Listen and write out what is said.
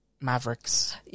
Mavericks